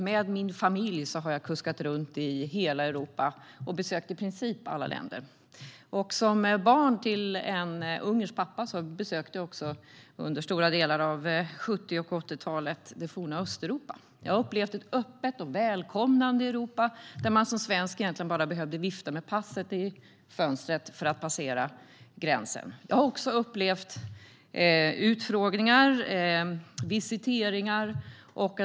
Med min familj har jag kuskat runt i hela Europa och besökt i princip alla länder. Som barn till en ungersk pappa besökte jag också under stora delar av 70 och 80-talen det forna Östeuropa. Jag har upplevt ett öppet och välkomnande Europa, där man som svensk egentligen bara behövde vifta med passet i fönstret för att passera gränsen. Jag har också upplevt utfrågningar och visiteringar.